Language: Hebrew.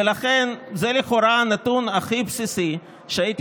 ולכן זה לכאורה הנתון הכי בסיסי שהייתי